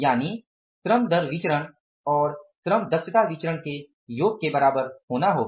यानि श्रम दर विचरण और श्रम दक्षता विचरण के योग के बराबर होना होगा